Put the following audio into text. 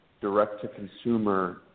direct-to-consumer